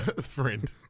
Friend